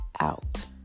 Out